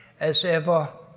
as ever.